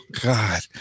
god